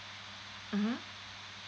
mmhmm